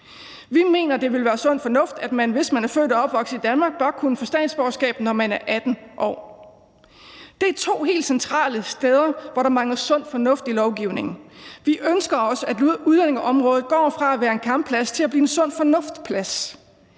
Vi mener, det vil være sund fornuft, at man, hvis man er født og opvokset i Danmark, bør kunne få statsborgerskab, når man er 18 år. Det er to helt centrale steder, hvor der mangler sund fornuft i lovgivningen. Vi ønsker også, at udlændingeområdet går fra at være en kampplads til at blive en sund fornuft-plads.